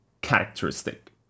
characteristic